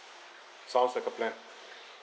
sounds like a plan